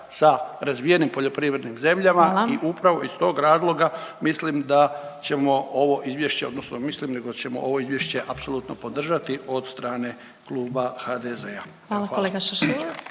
sa razvijenim poljoprivrednim zemljama…/Upadica Glasovac: Hvala./…i upravo iz tog razloga mislim da ćemo ovo izvješće odnosno ne mislim nego ćemo ovo izvješće apsolutno podržati od strane Kluba HDZ-a. **Glasovac, Sabina